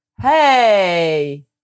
Hey